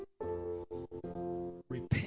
Repent